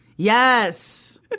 Yes